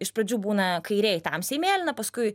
iš pradžių būna kairėj tamsiai mėlyna paskui